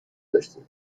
داشتیم